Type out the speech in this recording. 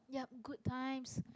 yup good times